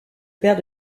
père